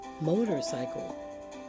Motorcycle